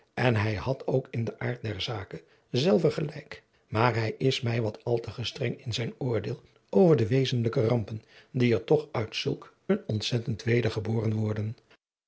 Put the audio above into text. en hij had ook in den aard der zake zelve gelijk maar hij is mij wat al te gestreng in zijn oordeel over de wezenlijke rampen die er toch uit zulk een ontzettend weder geboren worden